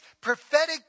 prophetic